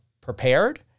prepared